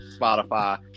Spotify